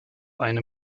eine